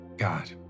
God